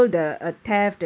ya